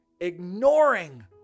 Ignoring